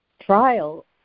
trial